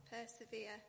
persevere